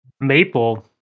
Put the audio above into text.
Maple